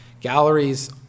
galleries